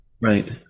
Right